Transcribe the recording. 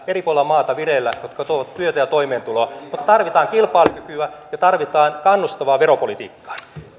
eri puolilla maata vireillä useita isoja biohankkeita jotka tuovat työtä ja toimeentuloa mutta tarvitaan kilpailukykyä ja tarvitaan kannustavaa veropolitiikkaa